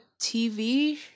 TV